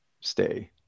stay